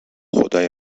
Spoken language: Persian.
خدای